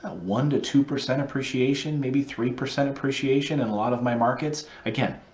ah one to two percent appreciation, maybe three percent appreciation in a lot of my markets. again,